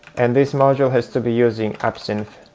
and this module has to be using absinthe